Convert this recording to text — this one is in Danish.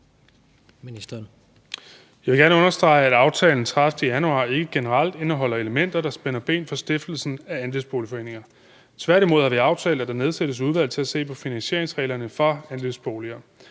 Jeg vil gerne understrege, at aftalen af 30. januar ikke generelt indeholder elementer, der spænder ben for stiftelsen af andelsboligforeninger. Tværtimod har vi aftalt, at der nedsættes et udvalg til at se på finansieringsreglerne for andelsboliger.